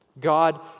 God